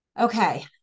Okay